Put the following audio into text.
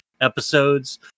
episodes